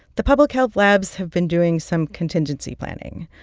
the public health labs have been doing some contingency planning.